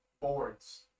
boards